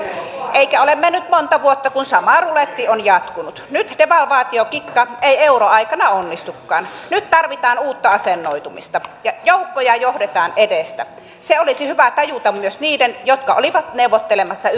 eikä ole mennyt monta vuotta kun sama ruletti on jatkunut nyt devalvaatiokikka ei euron aikana onnistukaan nyt tarvitaan uutta asennoitumista ja joukkoja johdetaan edestä se olisi hyvä tajuta myös niiden jotka olivat neuvottelemassa